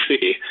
see